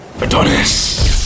Adonis